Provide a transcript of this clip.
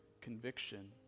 conviction